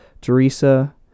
Teresa